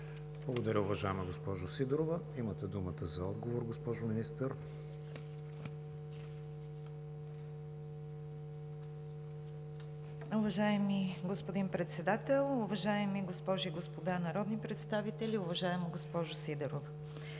Благодаря, уважаема госпожо Сидорова. Имате думата за отговор, госпожо Министър. МИНИСТЪР ПЕТЯ АВРАМОВА: Уважаеми господин Председател, уважаеми госпожи и господа народни представители! Уважаема госпожо Сидорова,